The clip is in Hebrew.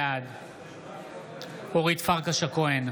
בעד אורית פרקש הכהן,